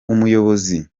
umuyobozi